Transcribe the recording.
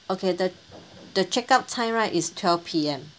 okay the the check out time right is twelve P_M